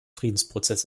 friedensprozess